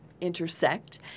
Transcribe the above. intersect